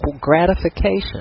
gratification